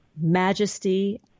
majesty